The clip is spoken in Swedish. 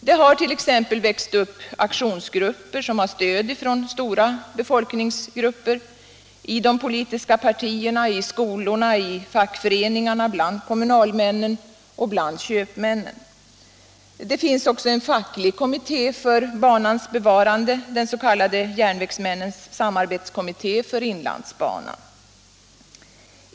Det har t.ex. växt upp aktionsgrupper som har stöd från stora befolkningsgrupper — i de politiska partierna, i skolorna, i fackföreningarna, bland kommunalmännen och bland köpmännen. Det finns också en facklig kommitté för banans bevarande, den s.k. Järnvägsmännens samarbetskommitté för inlandsbanan.